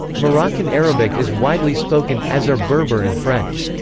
moroccan arabic is widely spoken, as are berber and french.